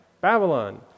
Babylon